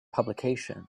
publication